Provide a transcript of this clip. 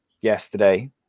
yesterday